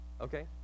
Okay